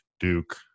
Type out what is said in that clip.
Duke